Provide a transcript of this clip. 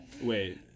wait